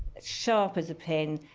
sharp as a pin.